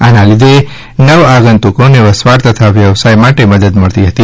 આના લીધે નવ આગંતૂકને વસવાટ તથા વ્યવસાય માટે મદદ મળતી હતી